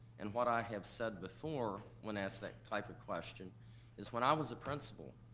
and what i have said before when asked that type of question is, when i was a principal,